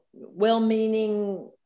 well-meaning